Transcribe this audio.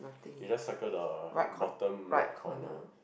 you just circle the bottom right corner